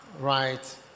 Right